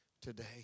today